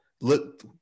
look